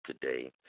today